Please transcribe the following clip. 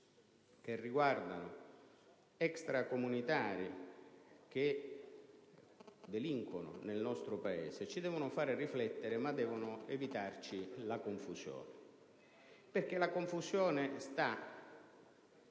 che riguardano extracomunitari che delinquono nel nostro Paese ci debba fare riflettere, ma debba al contempo evitarci la confusione. La confusione,